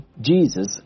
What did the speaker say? Jesus